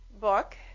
book